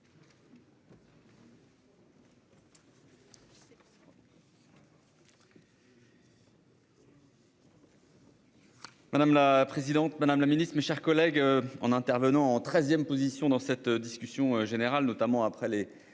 Madame la présidente, madame la ministre, mes chers collègues, intervenant en treizième position dans cette discussion générale, après notamment les